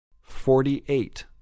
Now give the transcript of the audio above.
Forty-eight